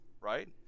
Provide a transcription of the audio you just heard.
right